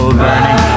burning